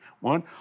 one